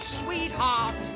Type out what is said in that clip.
sweetheart